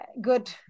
good